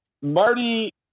Marty